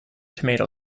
tomato